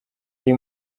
iri